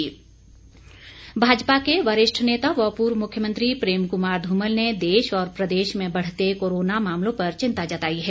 धुमल भाजपा के वरिष्ठ नेता व पूर्व मुख्यमंत्री प्रेम कुमार ध्रमल ने देश और प्रदेश में बढ़ते कोरोना मामलों पर चिंता जताई है